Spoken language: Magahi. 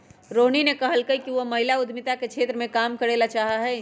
रोहिणी ने कहल कई कि वह महिला उद्यमिता के क्षेत्र में काम करे ला चाहा हई